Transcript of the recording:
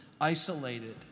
isolated